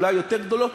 אולי יותר גדולות,